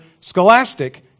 scholastic